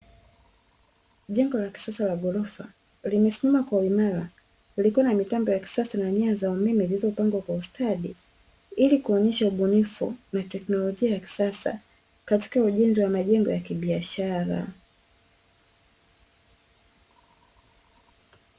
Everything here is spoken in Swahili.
Jengo la kisasa la ghorofa lililosimama kwa uimara, lenye mitambo ya kisasa na nyaya za umeme, zilizopangwa kwa ustadi ili kuonyesha ubunifu na teknolojia ya kisasa katika ujenzi wa majengo ya kibiashara.